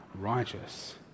righteous